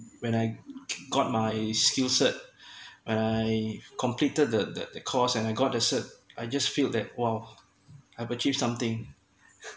when I got my skillset I completed the thr the course and I got the cert I just feel that !wow! I have achieved something